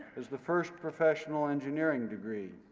as the first professional engineering degree.